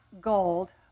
gold